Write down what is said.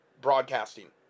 broadcasting